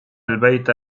البيت